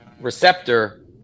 receptor